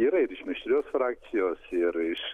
yra ir mišrios frakcijos ir iš